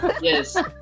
Yes